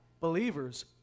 Believers